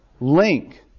link